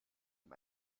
ihm